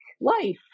life